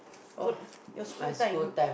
what your school time